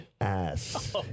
ass